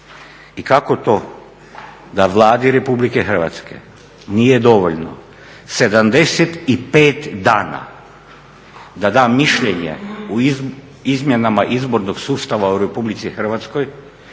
i kako to da Vladi RH nije dovoljno 75 dana da da mišljenje o izmjenama izbornog sustava u RH i omogući